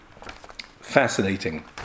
fascinating